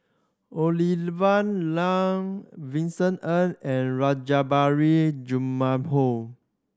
Olivia Lum Vincent Ng and Rajabali Jumabhoy